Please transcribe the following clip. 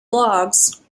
bloggs